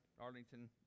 Arlington